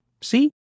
See